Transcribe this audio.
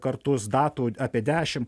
kartus datų apie dešim